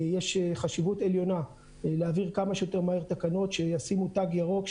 שיש חשיבות עליונה להעביר כמה שיותר מהר תקנות שישימו תו ירוק,